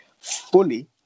fully